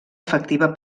efectiva